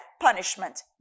punishment